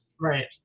Right